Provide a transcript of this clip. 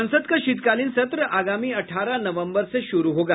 संसद का शीतकालीन सत्र आगामी अठारह नवम्बर से शुरू होगा